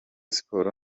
sports